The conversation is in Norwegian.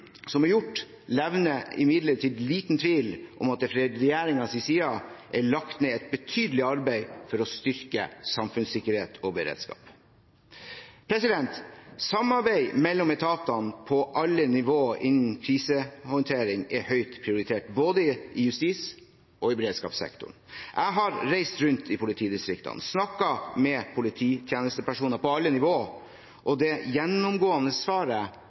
som er gjort, levner imidlertid liten tvil om at det fra regjeringens side er lagt ned et betydelig arbeid for å styrke samfunnssikkerhet og beredskap. Samarbeid mellom etatene på alle nivåer innen krisehåndtering er høyt prioritert, både i justis- og i beredskapssektoren. Jeg har reist rundt i politidistriktene og snakket med polititjenestepersoner på alle nivåer, og det gjennomgående svaret